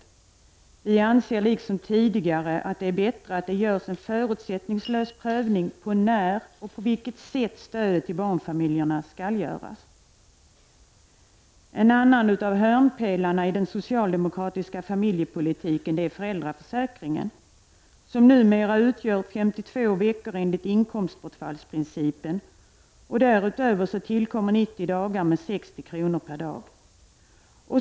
Utskottsmajoriteten anser liksom tidigare att det är bättre att det görs en förutsättningslös prövning av när och på vilket sätt stödet till barnfamiljerna skall göras. En annan av hörnpelarna i den socialdemokratiska familjepolitiken är för äldraförsäkringen, som numera utgör 52 veckor enligt inkomstbortfallsprincipen. Därutöver tillkommer 90 dagar med 60 kr. per dag.